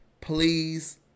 Please